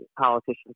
politicians